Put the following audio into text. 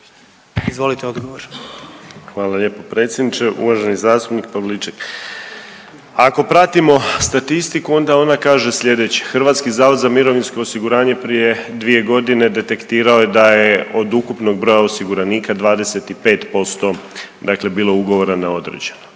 Marin (HDZ)** Hvala lijepo predsjedniče. Uvaženi zastupnik Pavliček, ako pratimo statistiku onda ona kaže sljedeće: Hrvatski zavod za mirovinsko osiguranje prije dvije godine detektirao je da je od ukupnog broja osiguranika 25%, dakle bilo ugovora na određeno.